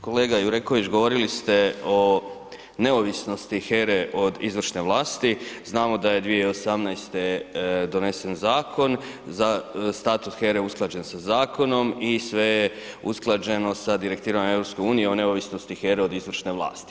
Kolega Jureković govorili ste o neovisnosti HERE od izvršne vlasti, znamo da je 2018. donesen zakon, status HERE usklađen sa zakonom i sve je usklađeno sa Direktivama EU o neovisnosti HERE od izvršne vlasti.